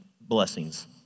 blessings